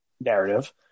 narrative